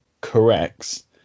corrects